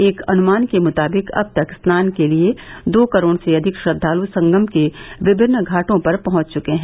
एक अनुमान के मुताबिक अब तक स्नान के लिए दो करोड़ से अधिक श्रद्वालू संगम के विभिन्न घाटो पर पहुंच चुके हैं